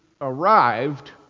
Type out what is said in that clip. arrived